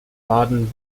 baden